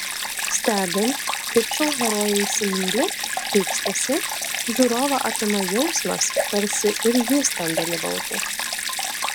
stebint kaip šou herojai įsimyli pykstasi žiūrovą apima jausmas tarsi ir jis ten dalyvautų